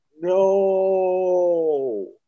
No